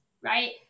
right